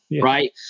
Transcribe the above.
Right